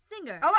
singer